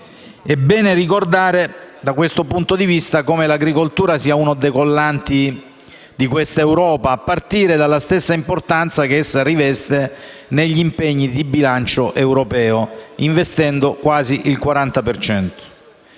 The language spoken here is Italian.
È bene ricordare, da questo punto di vista, come l'agricoltura sia uno dei collanti dell'Europa, innanzitutto per l'importanza che essa riveste negli impegni di bilancio europeo, costituendo quasi il 40